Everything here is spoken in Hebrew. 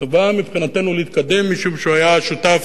טובה מבחינתנו להתקדם, משום שהוא היה שותף,